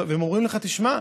והם אומרים לך: תשמע,